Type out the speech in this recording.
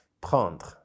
Prendre